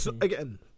again